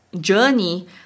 journey